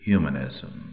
Humanism